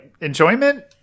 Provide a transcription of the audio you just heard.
Enjoyment